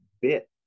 bit